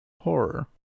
Horror